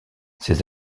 ces